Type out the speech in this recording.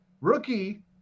rookie